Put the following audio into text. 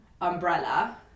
umbrella